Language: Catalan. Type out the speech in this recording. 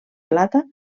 plata